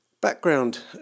background